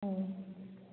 ꯎꯝ